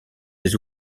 des